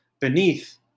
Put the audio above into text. beneath